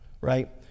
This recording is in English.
right